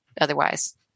otherwise